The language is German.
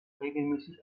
regelmäßig